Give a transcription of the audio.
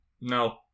No